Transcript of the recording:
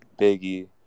Biggie